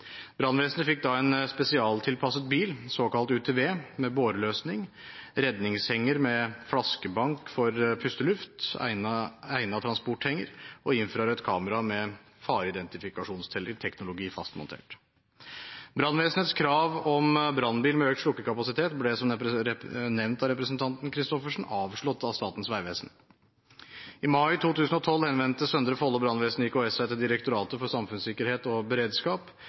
Brannvesenet fikk da en spesialtilpasset bil, såkalt UTV, med båreløsning, redningshenger med flaskebank for pusteluft, egnet transporthenger og infrarødt kamera med fareidentifikasjonsteknologi fastmontert. Brannvesenets krav om brannbil med økt slukkekapasitet ble, som nevnt av representanten Christoffersen, avslått av Statens vegvesen. I mai 2012 henvendte Søndre Follo Brannvesen IKS seg til Direktoratet for samfunnssikkerhet og beredskap